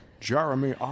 Jeremy